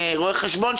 רואי חשבון,